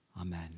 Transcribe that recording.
Amen